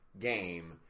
game